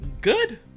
good